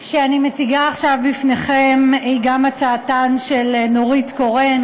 שאני מציגה עכשיו בפניכם היא גם הצעתן של נורית קורן,